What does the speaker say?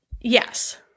Yes